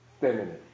feminine